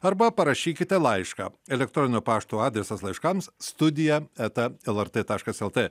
arba parašykite laišką elektroninio pašto adresas laiškams studija eta lrt taškas lt